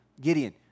Gideon